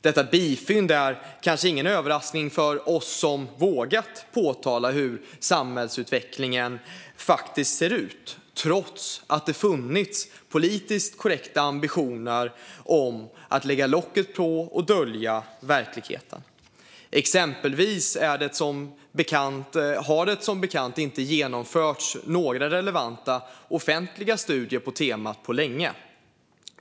Detta bifynd är kanske ingen överraskning för oss som har vågat påtala hur samhällsutvecklingen faktiskt ser ut trots att det funnits politiskt korrekta ambitioner att lägga locket på och dölja verkligheten. Exempelvis har det som bekant inte genomförts några relevanta offentliga studier på temat på länge.